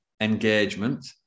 engagement